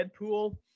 Deadpool